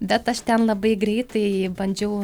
bet aš ten labai greitai bandžiau